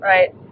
Right